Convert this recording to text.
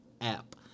app